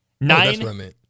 Nine